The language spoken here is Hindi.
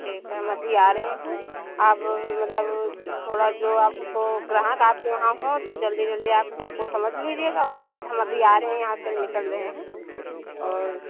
ठीक है तो हम अभी आ रहे हैं आप मतलब थोड़ा जो आपको ग्राहक आपके वहाँ हो तो जल्दी जल्दी आप सबको समेट लीजिएगा उसके बाद हम अभी आ रहे हैं यहाँ से हम निकल रहे हैं और